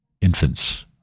infants